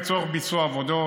לצורך ביצוע העבודות,